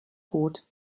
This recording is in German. gut